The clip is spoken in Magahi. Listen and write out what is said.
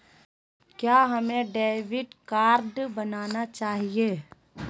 क्या हमें डेबिट कार्ड बनाना चाहिए?